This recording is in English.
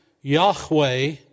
Yahweh